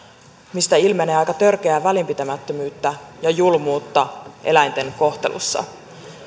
mistä ilmenee aika törkeää välinpitämättömyyttä ja julmuutta eläinten kohtelussa